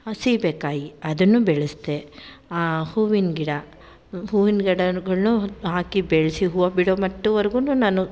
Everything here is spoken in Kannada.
ಸೀಬೆಕಾಯಿ ಅದನ್ನು ಬೆಳೆಸಿದೆ ಹೂವಿನ ಗಿಡ ಹೂವಿನ ಗಿಡಗಳ್ನು ಹಾಕಿ ಬೆಳೆಸಿ ಹೂವು ಬಿಡೋ ಮಟ್ಟುವರ್ಗೂ ನಾನು